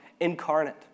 incarnate